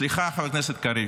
סליחה, חבר הכנסת קריב.